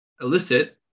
elicit